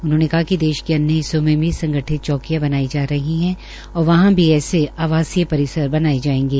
उन्होंने कहा िक देश के अन्य हिस्सों में भी संगठित चौकीयां बनाई जा रही है और वहां भी ऐसे आवासीय परिसर बनाये जायेंगे